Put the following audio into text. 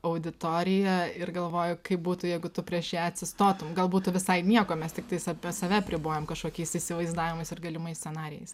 auditoriją ir galvoju kaip būtų jeigu tu prieš ją atsistotum gal būtų visai nieko mes tiktais apie save apribojam kažkokiais įsivaizdavimais ir galimais scenarijais